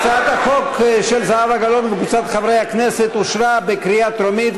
הצעת החוק של זהבה גלאון וקבוצת חברי הכנסת אושרה בקריאה טרומית,